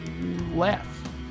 laugh